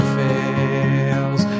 fails